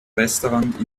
restaurant